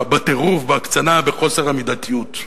בטירוף, בהקצנה, בחוסר המידתיות.